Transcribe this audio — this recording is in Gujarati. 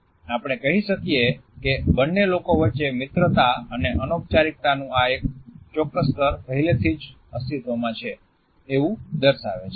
આપણે કહી શકીએ કે બંને લોકો વચ્ચે મિત્રતા અને અનૌપચારિકતાનું એક ચોક્કસ સ્તર પહેલેથી જ અસ્તિત્વમાં છે એવું દર્શાવે છે